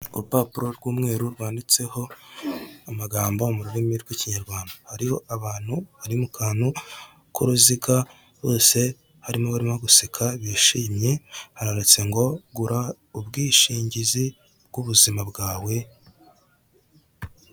Urupapuro rw'umweru rwanditseho amagambo mu rurimi rw'ikinyarwanda. Hariho abantu bari mu kantu kuruziga bose harimo abarimo guseka bishimye handitse ngo gura ubwishingizi bw'ubuzima bwawe.